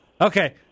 Okay